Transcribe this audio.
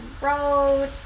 road